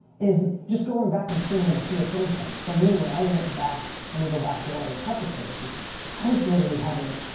is just going back and seeing where the fear came from. for me, when i went back, let me go back to one of the toughest things is i was literally having,